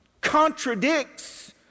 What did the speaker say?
contradicts